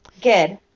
Good